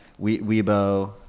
Weibo